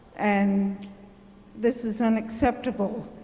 and this is unacceptable.